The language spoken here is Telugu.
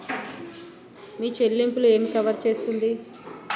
మీ చెల్లింపు ఏమి కవర్ చేస్తుంది?